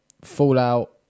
Fallout